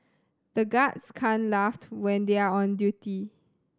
the guards can't laugh when they are on duty